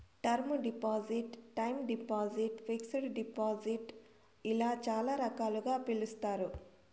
term deposit time deposit fixed deposit ఇలా చాలా రకాలుగా పిలుస్తారు